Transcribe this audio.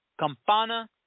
Campana